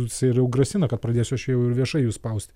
jisai jau ir grasina kad pradėsiu aš jau ir viešai jus spaust